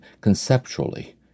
conceptually